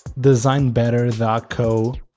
designbetter.co